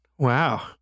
Wow